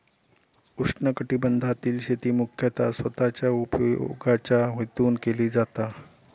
उष्णकटिबंधातील शेती मुख्यतः स्वतःच्या उपयोगाच्या हेतून केली जाता